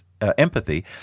empathy